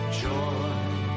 joy